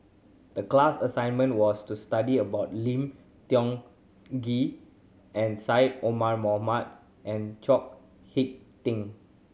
the class assignment was to study about Lim Tiong Ghee and Syed Omar Mohamed and Chao Hick Tin